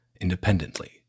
independently